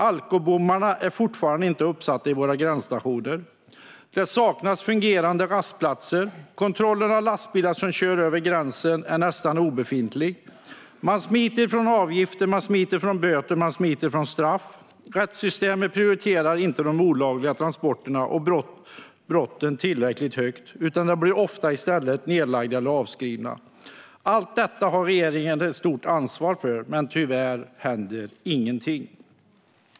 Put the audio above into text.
Alkobommarna är fortfarande inte uppsatta vid våra gränsstationer. Det saknas fungerande rastplatser. Kontrollen av lastbilar som kör över gränsen är nästan obefintlig. Man smiter från avgifter, böter och straff. Rättssystemet prioriterar inte de olagliga transporterna och brotten tillräckligt högt, utan de blir ofta i stället nedlagda eller avskrivna. Allt detta har regeringen ett stort ansvar för, men tyvärr händer ingenting.